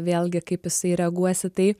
vėlgi kaip jisai reaguos į tai